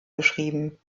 geschrieben